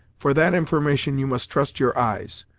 for that information you must trust your eyes.